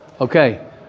okay